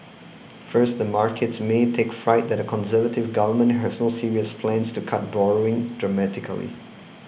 first the markets may take fright that a Conservative government has no serious plans to cut borrowing dramatically